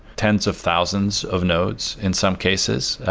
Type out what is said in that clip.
tens of thousands of nodes in some cases.